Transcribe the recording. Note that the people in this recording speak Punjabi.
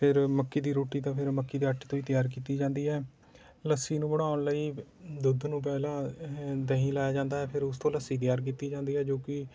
ਫਿਰ ਮੱਕੀ ਦੀ ਰੋਟੀ ਤਾਂ ਫਿਰ ਮੱਕੀ ਦੇ ਆਟੇ ਤੋਂ ਹੀ ਤਿਆਰ ਕੀਤੀ ਜਾਂਦੀ ਹੈ ਲੱਸੀ ਨੂੰ ਬਣਾਉਣ ਲਈ ਦੁੱਧ ਨੂੰ ਪਹਿਲਾਂ ਦਹੀਂ ਲਾਇਆ ਜਾਂਦਾ ਹੈ ਫਿਰ ਉਸ ਤੋਂ ਲੱਸੀ ਤਿਆਰ ਕੀਤੀ ਜਾਂਦੀ ਹੈ ਜੋ ਕਿ